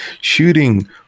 shooting